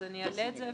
אז אני אעלה את זה,